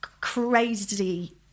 crazy